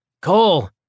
Cole